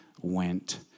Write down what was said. went